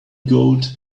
gold